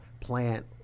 plant